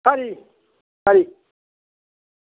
खरी खरी